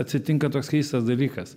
atsitinka toks keistas dalykas